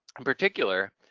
in particular,